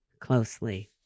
closely